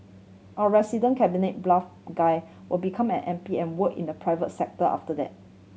our resident cabinet guy will become an M P and work in the private sector after that